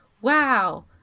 wow